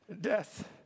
Death